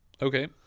okay